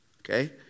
Okay